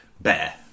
bear